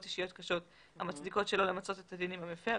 אישיות קשות המצדיקות שלא למצות את הדין עם המפר,